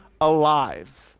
alive